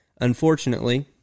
Unfortunately